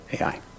AI